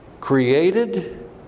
created